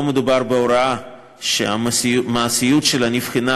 לא מדובר בהוראה שהמעשיות שלה נבחנה